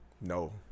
No